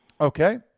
Okay